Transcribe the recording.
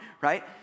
right